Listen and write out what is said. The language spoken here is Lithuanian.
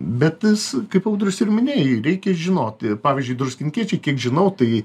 bet jis kaip audrius ir minėjai reikia žinot ir pavyzdžiui druskininkiečiai kiek žinau tai